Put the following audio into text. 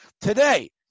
today